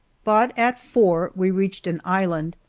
but at four we reached an island,